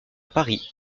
paris